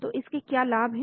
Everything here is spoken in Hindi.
तो इसके क्या लाभ हैं